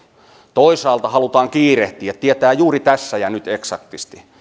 toisaalta halutaan kiirehtiä tietää juuri tässä ja nyt eksaktisti